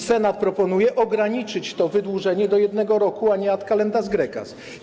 Senat proponuje ograniczyć to wydłużenie do 1 roku, a nie ad Kalendas Graecas.